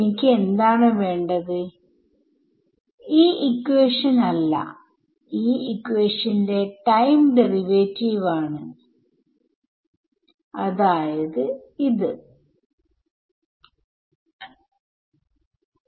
നമ്മൾ എടുക്കാൻ പോകുന്ന ട്രയൽ സൊല്യൂഷൻ ഏകദേശം ഇതുപോലെ ഇരിക്കും